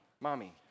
mommy